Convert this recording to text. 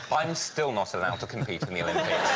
i'm still not allowed to compete in the olympics.